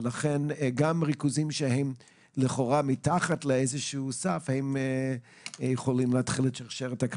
ולכן גם ריכוזים שהם לכאורה מתחת לאיזשהו סף יכולים להתחיל את השרשרת.